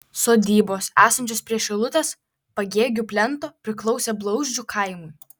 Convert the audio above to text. sodybos esančios prie šilutės pagėgių plento priklausė blauzdžių kaimui